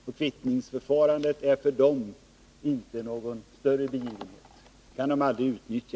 Kvittningsförfarandet är inte någon större begivenhet för dem, för det kan de aldrig utnyttja.